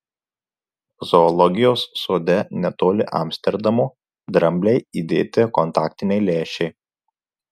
zoologijos sode netoli amsterdamo dramblei įdėti kontaktiniai lęšiai